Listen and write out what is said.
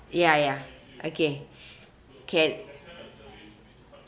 ya ya okay can